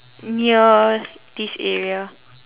near this area